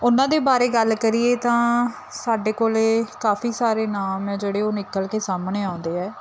ਉਹਨਾਂ ਦੇ ਬਾਰੇ ਗੱਲ ਕਰੀਏ ਤਾਂ ਸਾਡੇ ਕੋਲ ਕਾਫੀ ਸਾਰੇ ਨਾਮ ਹੈ ਜਿਹੜੇ ਉਹ ਨਿਕਲ ਕੇ ਸਾਹਮਣੇ ਆਉਂਦੇ ਹੈ